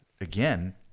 again